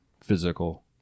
physical